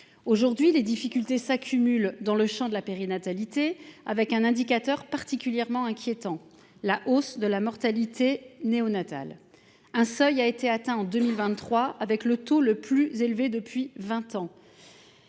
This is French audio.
Aujourd’hui, les difficultés s’accumulent dans le champ de la périnatalité, avec un indicateur particulièrement inquiétant : la hausse de la mortalité néonatale. Un seuil a été atteint en 2023, avec le taux le plus élevé depuis vingt ans.